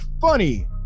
funny